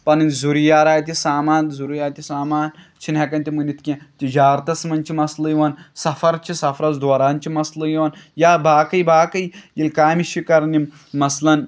پَنٕنۍ ضُریارایتہِ سامان ضٔروٗریاتہِ سامان چھِنہٕ ہٮ۪کان تِم أنِتھ کیٚنٛہہ تِجارتَس منٛز چھِ مسلہٕ یِوان سَفر چھِ سَفرَس دوران چھِ مسلہٕ یِوان یا باقٕے باقٕے ییٚلہِ کامہِ چھِ کَران یِم مثلاً